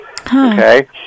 okay